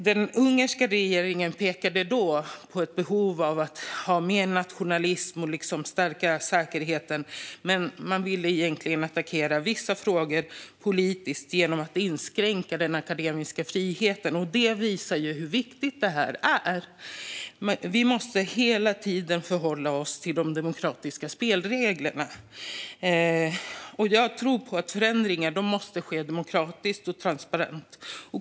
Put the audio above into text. Den ungerska regeringen pekade då på behovet av mer nationalism och stärkt säkerhet, men egentligen ville man attackera vissa frågor politiskt genom att inskränka den akademiska friheten. Det visar hur viktigt det här är. Vi måste hela tiden förhålla oss till de demokratiska spelreglerna. Jag tror på att förändringar måste ske demokratiskt och transparent.